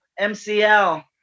MCL